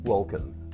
Welcome